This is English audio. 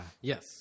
Yes